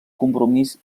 compromís